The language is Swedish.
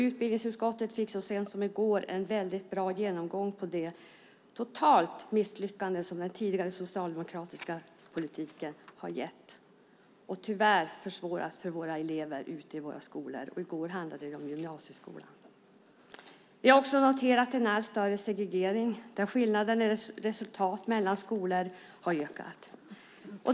Utbildningsutskottet fick så sent som i går en väldigt bra genomgång av det totala misslyckande som den tidigare socialdemokratiska politiken har gett och tyvärr försvårat för eleverna i våra skolor. I går handlade det om gymnasieskolan. Vi har också noterat en allt större segregering, där skillnaden i resultat mellan olika skolor har ökat.